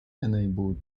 enabled